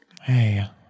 Hey